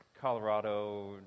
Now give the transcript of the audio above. Colorado